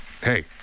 Hey